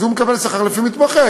אז הוא מקבל שכר לפי מתמחה,